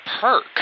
perk